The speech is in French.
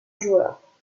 joueur